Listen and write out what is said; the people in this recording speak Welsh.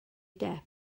depp